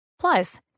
Plus